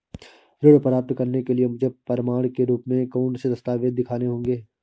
ऋण प्राप्त करने के लिए मुझे प्रमाण के रूप में कौन से दस्तावेज़ दिखाने होंगे?